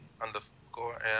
underscore